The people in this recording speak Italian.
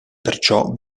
perciò